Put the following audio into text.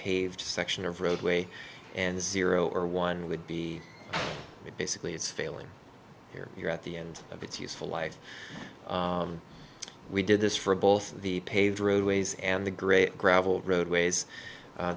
paved section of roadway and zero or one would be basically it's failing here you're at the end of it's useful life we did this for both the paved road ways and the great gravel roadways